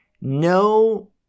no